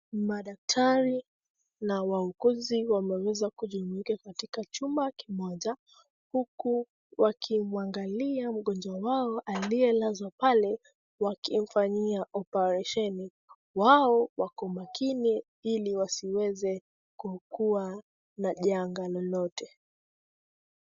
Madaktari na wauguzi wameweza kujumuika katika chumba moja huku wakimwangalia mgonjwa wao aliyelazwa pale wakimfanyia oparesheni, wao wako makini ili wasiweze kukua na janga lolote.